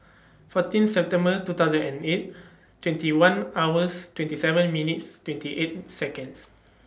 fourteen September two thousand and eight twenty one hours twenty seven minutes twenty eight Seconds